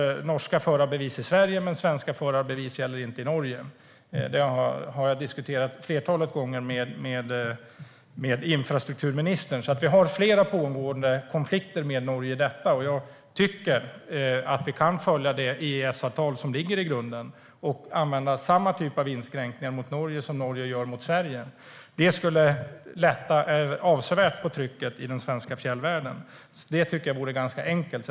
Norska förarbevis gäller i Sverige, men svenska förarbevis gäller inte i Norge. Det har jag diskuterat ett flertal gånger med infrastrukturministern. Det finns flera pågående konflikter med Norge i frågan. Jag tycker att vi kan följa EES-avtalet och använda samma typ av inskränkningar mot Norge som Norge gör mot Sverige. Det skulle avsevärt lätta på trycket i den svenska fjällvärlden, och det vore enkelt.